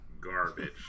garbage